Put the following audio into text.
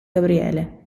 gabriele